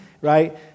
right